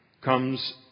comes